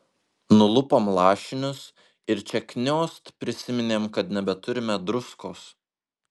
nulupom lašinius ir čia kniost prisiminėm kad nebeturime druskos